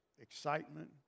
excitement